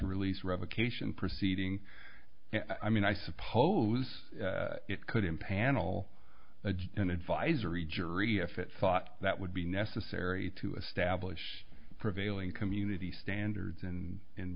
release revocation proceeding i mean i suppose it could impanel a just an advisory jury if it thought that would be necessary to establish prevailing community standards and in